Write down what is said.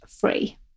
free